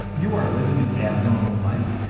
you are living an abnormal life,